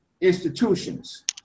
institutions